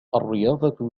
الرياضة